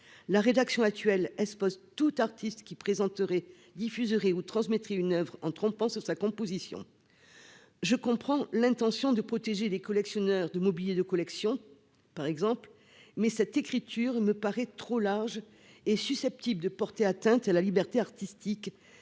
amende et à de la prison tout artiste qui présenterait, diffuserait ou transmettrait une oeuvre en trompant sur sa composition. Je comprends l'intention de protéger les collectionneurs de mobilier de collection par exemple, mais cette écriture me paraît trop large et susceptible de porter atteinte à la liberté artistique